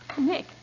Nick